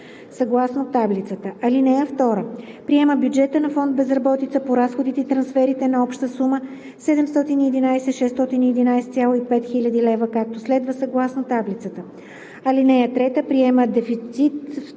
съгласно таблицата. (2) Приема бюджета на фонд „Безработица“ по разходите и трансферите на обща сума 711 611,5 хил. лв., както следва: съгласно таблицата. (3) Приема дефицит